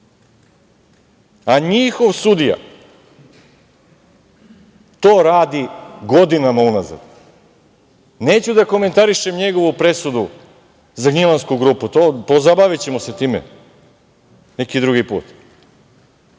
a njihov sudija to radi godinama unazad. Neću da komentarišem njegovu presudu za Gnjilansku grupu, pozabavićemo se time neki drugi put.